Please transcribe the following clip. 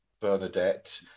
Bernadette